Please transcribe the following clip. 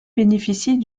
bénéficient